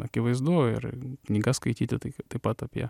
akivaizdu ir knygas skaityti tai taip pat apie